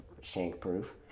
shank-proof